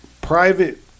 Private